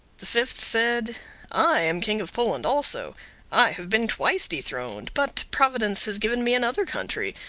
the fifth said i am king of poland also i have been twice dethroned but providence has given me another country,